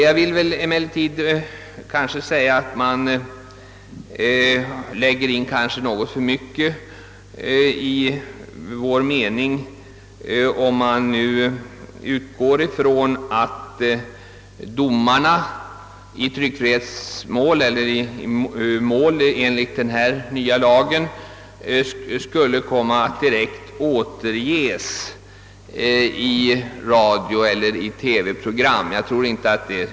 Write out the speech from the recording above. Jag vill emellertid säga, att man lägger in något för mycket i vår mening, om man utgår från att domarna i mål, som kommer att avdömas efter den nya lagen, skulle direkt återges i radioeller TV-program. Detta har inte varit utskottsmajoritetens mening.